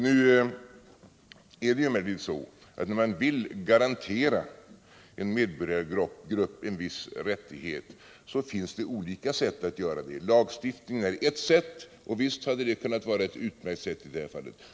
Nu är det emellertid så att när man vill garantera en medborgargrupp en viss rättighet så finns det olika sätt att göra det. Lagstiftning är ett sätt, och visst hade det kunnat vara ett utmärkt sätt i det här fallet.